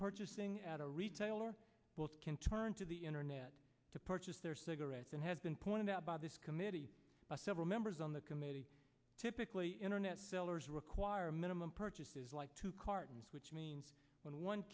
purchasing at a retailer can turn to the internet to purchase their cigarettes and has been pointed out by this committee several members on the committee typically internet sellers require minimum purchases like two cartons which means when one